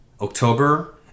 October